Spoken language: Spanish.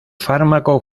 fármaco